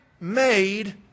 made